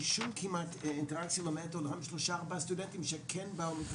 כמעט שום אינטראקציה למעט שלושה-ארבעה סטודנטים שכן באו.